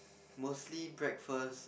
mostly breakfast